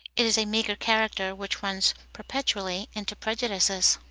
it is a meagre character which runs perpetually into prejudices.